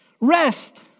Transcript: rest